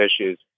issues